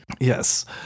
Yes